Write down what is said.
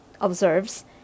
observes